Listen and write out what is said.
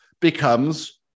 becomes